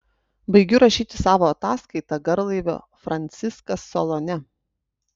baigiu rašyti savo ataskaitą garlaivio franciskas salone